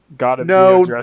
No